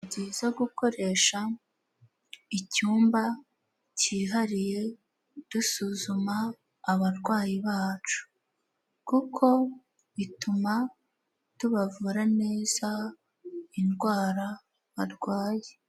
Ni byiza gukoresha icyumba cyihariye dusuzuma abarwayi bacu, kuko bituma tubavura neza indwara barwaye.